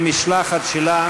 והמשלחת שלה,